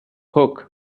hook